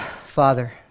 Father